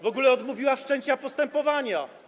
W ogóle odmówiła wszczęcia postępowania.